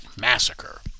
massacre